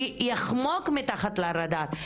כי יחמקו מתחת לרדאר,